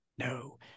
No